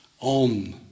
on